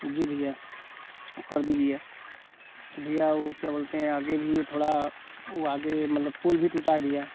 जी भैया कर दीजिए भैया वह क्या बोलते हैं आगे भी थोड़ा वह आगे मतलब पुल भी टूटा है भैया